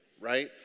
right